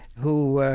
who